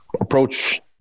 approach